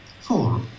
four